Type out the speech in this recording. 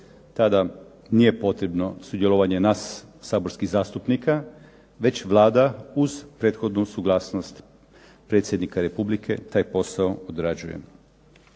tada nije potrebno sudjelovanje nas saborskih zastupnika, već Vlada uz prethodnu suglasnost predsjednika Republike taj posao odrađuje.